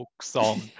song